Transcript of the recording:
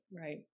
Right